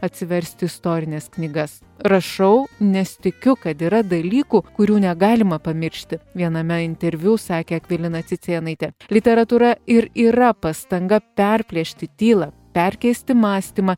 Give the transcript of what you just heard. atsiversti istorines knygas rašau nes tikiu kad yra dalykų kurių negalima pamiršti viename interviu sakė akvilina cicėnaitė literatūra ir yra pastanga perplėšti tylą perkeisti mąstymą